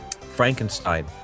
Frankenstein